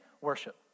worship